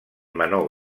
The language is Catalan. menor